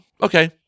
Okay